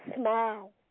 smile